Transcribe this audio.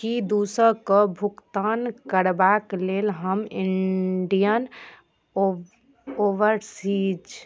की दू सए के भुगतान करबाक लेल हमर इंडियन ओव ओवरसीज